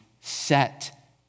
set